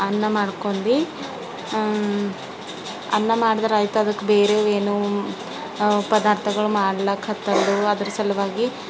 ಅನ್ನ ಮಾಡ್ಕೊಂಡಿ ಅನ್ನ ಮಾಡದ್ರಾಯ್ತು ಅದಕ್ಕೆ ಬೇರೆ ಏನು ಪದಾರ್ಥಗಳು ಮಾಡ್ಲಕ್ಕ ಹತ್ತಲ್ದು ಅದರ ಸಲುವಾಗಿ